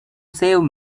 save